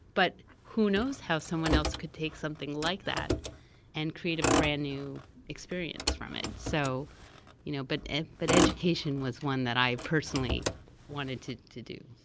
but who knows how someone else could take something like that and create a brand new experience from it? so you know but but education was one that i personally wanted to to do.